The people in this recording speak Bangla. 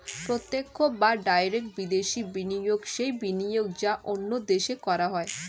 প্রত্যক্ষ বা ডাইরেক্ট বিদেশি বিনিয়োগ সেই বিনিয়োগ যা অন্য দেশে করা হয়